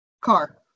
Car